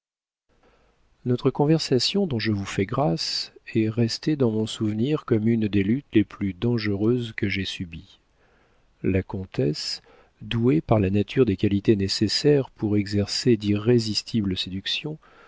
notre conversation dont je vous fais grâce est restée dans mon souvenir comme une des luttes les plus dangereuses que j'ai subies la comtesse douée par la nature des qualités nécessaires pour exercer d'irrésistibles séductions